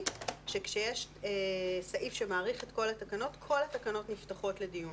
היא שכשיש סעיף שמאריך את כל התקנות כל התקנות נפתחות לדיון,